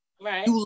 right